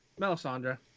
Melisandre